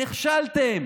נכשלתם.